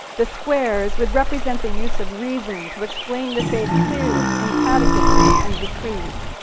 the squares would represent the use of reason to explain the faith clearly in catechisms and decrees,